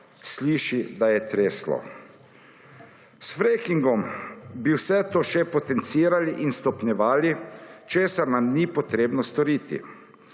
sliši, da je treslo. S freakingom bi vse to še potencirali in stopnjevali, česar nam ni potrebno storiti.